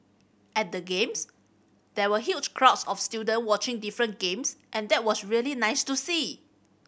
at the Games there were huge crowds of student watching different games and that was really nice to see